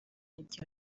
iryo